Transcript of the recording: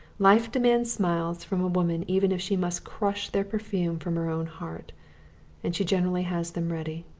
life demands smiles from a woman even if she must crush their perfume from her own heart and she generally has them ready.